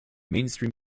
mainstream